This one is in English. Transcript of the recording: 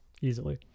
easily